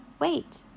Wait